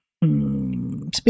speaking